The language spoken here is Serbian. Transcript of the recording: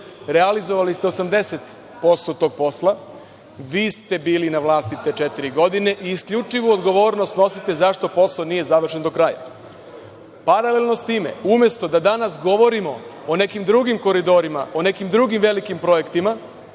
Realizovali ste 80% tog posla. Vi ste bili na vlasti te četiri godine i isključivu odgovornost snosite zašto posao nije završen do kraja. Paralelno s time, umesto da danas govorimo o nekim drugim koridorima, o nekim drugim velikim koridorima,